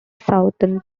southern